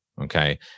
Okay